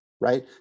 right